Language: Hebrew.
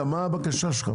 מה הבקשה שלך?